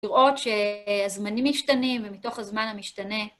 לראות שהזמנים משתנים, ומתוך הזמן המשתנה